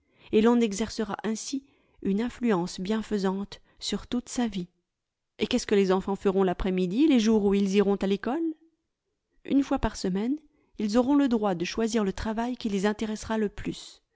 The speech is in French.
el l'on exercera ainsi une influence bienfaisante sur toute sa vie et qu'est-ce que les enfants feront l'après-midi les jours où ils iront à l'école une fois par semaine ils auront le droit de choisir le travail qui les intéressera le plus